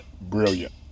brilliant